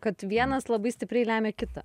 kad vienas labai stipriai lemia kitą